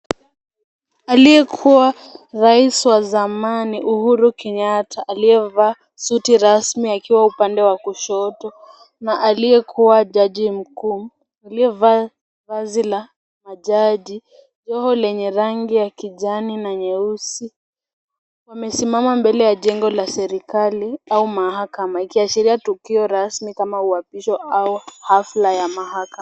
Aliyekuwa rais wa zamani, Uhuru Kenyatta aliyevaa suti rasmi akiwa upande wa kushoto na aliyekuwa Jaji Mkuu aliyevaa vazi la majaji, joho lenye rangi ya kijani na nyeusi. Wamesimama mbele ya jengo la serikali au mahakama; ikiashiria tukio rasmi kama uapisho au hafla ya mahakama.